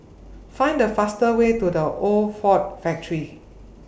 Find The faster Way to The Old Ford Factory